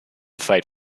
fight